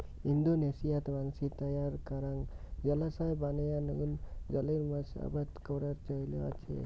ইন্দোনেশিয়াত মানষির তৈয়ার করাং জলাশয় বানেয়া নুন জলের মাছ আবাদ করার চৈল আচে